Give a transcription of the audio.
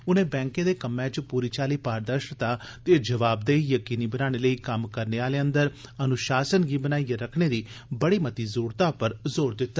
उनें बैंक दे कम्मै च पूरी चाली पारदर्शता ते जवाबदेही यकीनी बनाने लेई कम्म करने आलें अंदर अनुशासन गी बनाइयै रक्खने दी बड़ी मती जरुरतै पर जोर दिता